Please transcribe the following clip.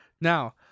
Now